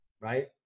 Right